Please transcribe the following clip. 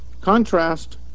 Contrast